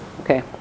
Okay